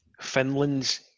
Finland's